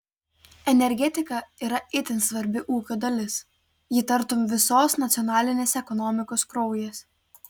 energetika yra itin svarbi ūkio dalis ji tartum visos nacionalinės ekonomikos kraujas